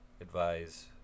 advise